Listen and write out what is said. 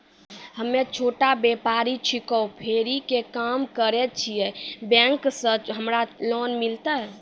हम्मे छोटा व्यपारी छिकौं, फेरी के काम करे छियै, बैंक से हमरा लोन मिलतै?